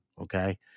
Okay